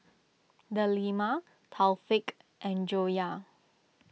Delima Taufik and Joyah